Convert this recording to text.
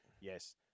Yes